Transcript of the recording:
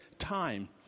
time